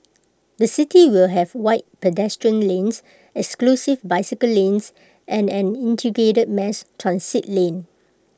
the city will have wide pedestrian lanes exclusive bicycle lanes and an integrated mass transit lane